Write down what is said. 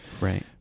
Right